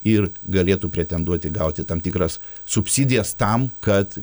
ir galėtų pretenduoti gauti tam tikras subsidijas tam kad